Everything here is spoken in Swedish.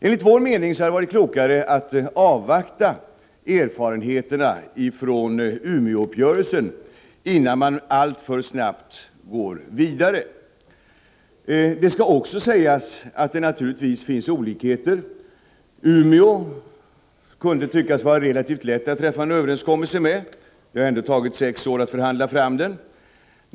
Enligt vår mening hade det varit klokare att avvakta erfarenheterna från Umeåuppgörelsen innan man alltför snabbt går vidare. Det skall också sägas att det naturligtvis finns olikheter. Umeå kunde tyckas vara relativt lätt att träffa en överenskommelse med. Det har ändå tagit sex år för att förhandla fram en sådan.